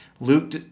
Luke